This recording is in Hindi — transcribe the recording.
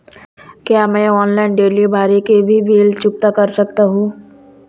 क्या मैं ऑनलाइन डिलीवरी के भी बिल चुकता कर सकता हूँ?